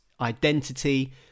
identity